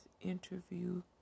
interview